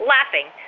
Laughing